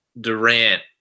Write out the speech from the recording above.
Durant